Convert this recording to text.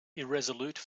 irresolute